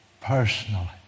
Personally